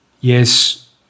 Yes